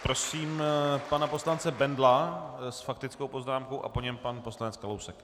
Prosím pana poslance Bendla s faktickou poznámkou a po něm pan poslanec Kalousek.